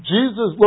Jesus